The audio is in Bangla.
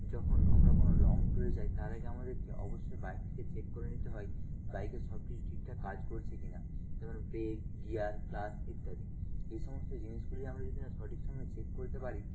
যখন আমরা কোনও লং ট্যুরে যাই তার আগে আমাদেরকে অবশ্যই বাইকটিকে চেক করে নিতে হয় বাইকের সব কিছু ঠিকঠাক কাজ করছে কিনা যেমন ব্রেক গিয়ার ক্লাচ ইত্যাদি এই সমস্ত জিনিসগুলি আমরা যদি না সঠিক সময়ে চেক করতে পারি